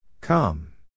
Come